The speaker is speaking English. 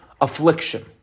affliction